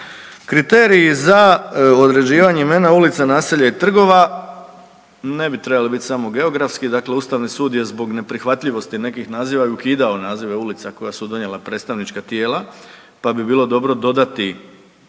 Kriteriji za određivanje imena ulica, naselja i trgova ne bi trebali bit samo geografski, dakle ustavni sud je zbog neprihvatljivosti nekih naziva i ukidao nazive ulica koja su donijela predstavnička tijela, pa bi bilo dobro dodati